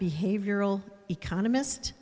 behavioral economist